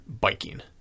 biking